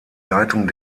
leitung